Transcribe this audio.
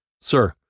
Sir